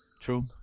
True